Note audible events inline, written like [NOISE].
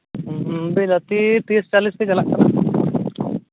[UNINTELLIGIBLE] ᱛᱤᱨᱤᱥᱼᱪᱟᱞᱞᱤᱥ ᱠᱚ ᱪᱟᱞᱟᱜ ᱠᱟᱱᱟ